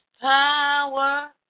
power